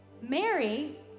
Mary